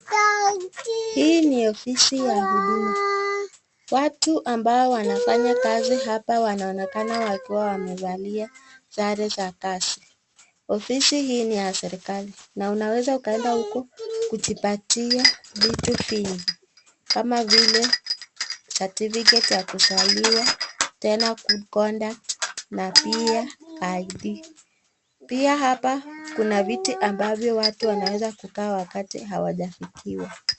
Hii ni ofisi ya uduma, watu ambao wanafanya kazi hapa wanaonekana wakiwa wamevalia sare za kazi. ofisi hii ni ya serikali, na unaweza ukaenda uko kujipatia vitu vingi , kama vile certificate ya kuzaliwa, tena good conduct na pia ID Pia hapa kuna viti ambavyo watu wanaweza kukuaa wakati hawajafikiwa.